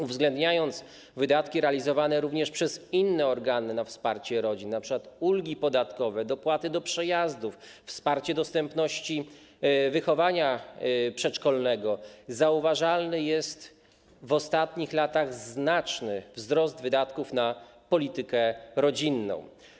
Uwzględniając wydatki realizowane również przez inne organy na wsparcie rodzin, np. ulgi podatkowe, dopłaty do przejazdów, wsparcie dostępności wychowania przedszkolnego, zauważalny jest w ostatnich latach znaczny wzrost wydatków na politykę rodzinną.